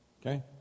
okay